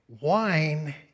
Wine